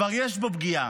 כבר יש בו פגיעה,